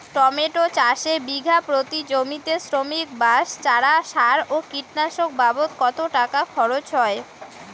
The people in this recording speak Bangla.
টমেটো চাষে বিঘা প্রতি জমিতে শ্রমিক, বাঁশ, চারা, সার ও কীটনাশক বাবদ কত টাকা খরচ হয়?